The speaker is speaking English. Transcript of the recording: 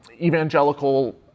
evangelical